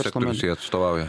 sektorius jie atstovauja